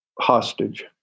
hostage